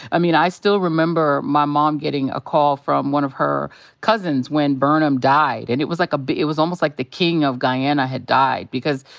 i mean, i still remember my mom getting a call from one of her cousins when burnham died, and it was like ah but it was almost like the king of guyana had died. because,